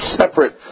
separate